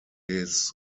his